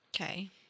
Okay